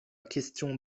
question